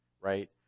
right